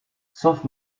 sauf